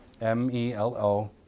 m-e-l-o